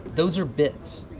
those are bits.